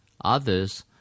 Others